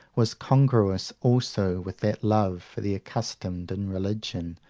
was congruous also with that love for the accustomed in religion,